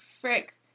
Frick